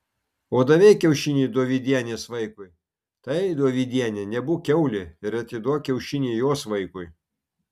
o davei kiaušinį dovydienės vaikui tai dovydiene nebūk kiaulė ir atiduok kiaušinį jos vaikui